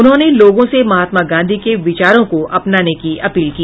उन्होंने लोगों से महात्मा गांधी के विचारों को अपनाने की अपील की